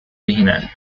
original